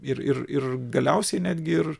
ir ir ir galiausiai netgi ir